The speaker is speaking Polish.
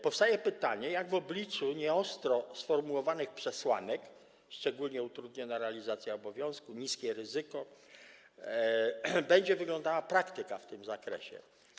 Powstaje pytanie, jak w obliczu nieostro sformułowanych przesłanek - szczególnie utrudniona realizacja obowiązku, niskie ryzyko - będzie wyglądała praktyka w tym zakresie.